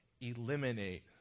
eliminate